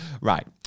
right